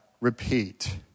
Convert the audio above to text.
repeat